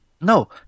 No